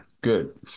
good